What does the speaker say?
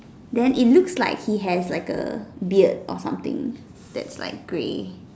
then it looks like he has like a beard or something that's like grey